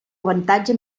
avantatge